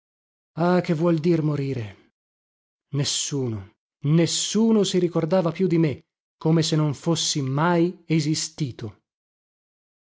ah che vuol dir morire nessuno nessuno si ricordava più di me come se non fossi mai esistito